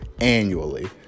annually